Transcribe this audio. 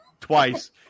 twice